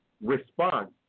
response